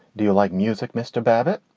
do you like music, mr. babbitt?